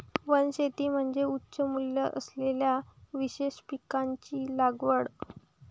वनशेती म्हणजे उच्च मूल्य असलेल्या विशेष पिकांची लागवड